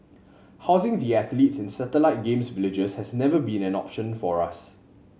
housing the athletes in satellite Games Villages has never been an option for us